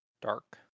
Dark